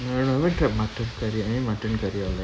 என் வீட்ட:en veetta mutton curry I eat mutton curry I like